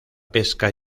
pesca